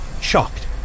shocked